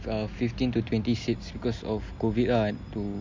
uh fifteen to twenty seats because of COVID lah to